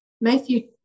Matthew